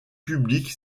publique